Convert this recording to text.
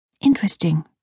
Interesting